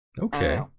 Okay